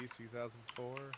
2004